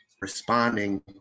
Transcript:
responding